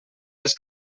les